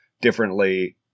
differently